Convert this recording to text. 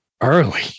early